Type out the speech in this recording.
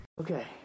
Okay